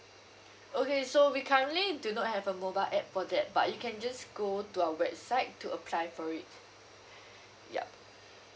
okay so we currently do not have a mobile app for that but you can just go to our website to apply for it ya